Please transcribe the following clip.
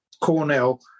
Cornell